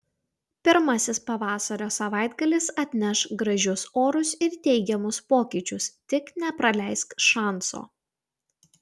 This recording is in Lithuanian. pirmasis pavasario savaitgalis atneš gražius orus ir teigiamus pokyčius tik nepraleisk šanso